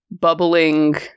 bubbling